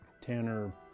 Tanner